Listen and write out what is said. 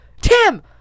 tim